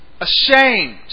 Ashamed